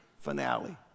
finale